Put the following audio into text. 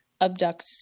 abduct